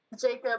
Jacob